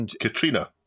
Katrina